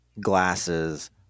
glasses